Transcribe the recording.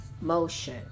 motion